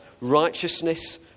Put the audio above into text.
righteousness